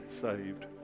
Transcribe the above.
saved